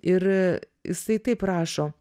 ir jisai taip rašo